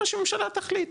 מה שהממשלה תחליט.